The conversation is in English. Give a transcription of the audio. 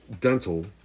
dental